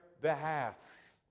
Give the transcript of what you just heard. behalf